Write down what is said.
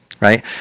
Right